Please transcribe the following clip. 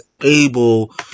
able